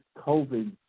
COVID